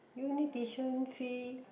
uni tuition fee